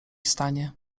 stanie